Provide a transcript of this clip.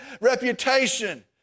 reputation